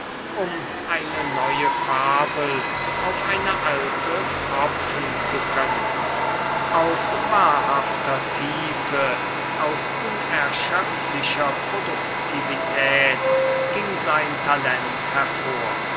um eine neue fabel auf eine alte pfropfen zu können aus wahrhafter tiefe aus unerschöpflicher produktivität ging sein talent hervor